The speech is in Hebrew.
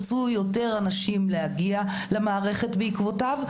ירצו יותר אנשים להגיע למערכת בעקבותיו.